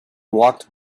walked